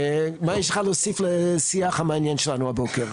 מה יש לך להוסיף לשיח המעניין שלנו הבוקר?